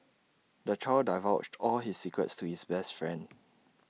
the child divulged all his secrets to his best friend